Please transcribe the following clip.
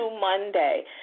Monday